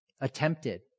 attempted